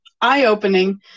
eye-opening